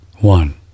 One